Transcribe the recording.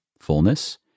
fullness